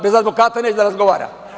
Bez advokata neće da razgovara.